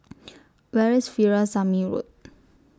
Where IS Veerasamy Road